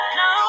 no